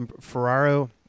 Ferraro